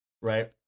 right